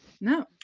No